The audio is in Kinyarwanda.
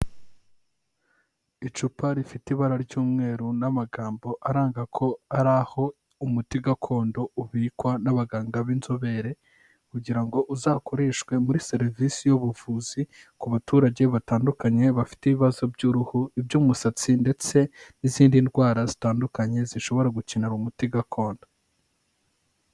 Icupa rifite ibara ry'umweru n'amagambo aranga ko ari aho umuti gakondo ubikwa n'abaganga b'inzobere, kugira ngo uzakoreshwe muri serivisi y'ubuvuzi ku baturage batandukanye bafite ibibazo by'uruhu iby'umusatsi ndetse n'izindi ndwara zitandukanye zishobora gukenera umuti gakondo.